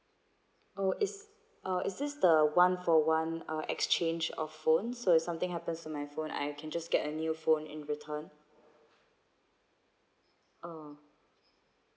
oh is uh is this the one for one uh exchange of phones so if something happens to my phone I can just get a new phone in return oh